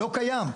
לא קיים.